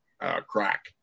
crack